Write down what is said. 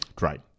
Right